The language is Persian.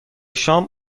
شام